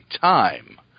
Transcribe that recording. time